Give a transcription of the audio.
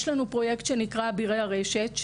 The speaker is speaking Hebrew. ישנו פרויקט שנקרא פרויקט אבירי הרשת,